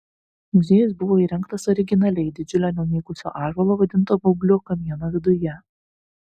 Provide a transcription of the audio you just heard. muziejus buvo įrengtas originaliai didžiulio nunykusio ąžuolo vadinto baubliu kamieno viduje